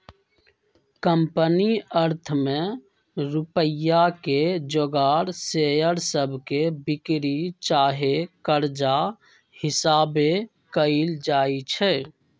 company अर्थ में रुपइया के जोगार शेयर सभके बिक्री चाहे कर्जा हिशाबे कएल जाइ छइ